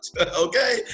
okay